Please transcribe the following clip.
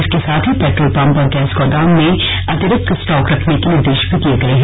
इसके साथ ही पेट्रोल पम्प और गैस गोदाम में अतिरिक्त स्टॉक रखने के निर्देश भी दिये गये है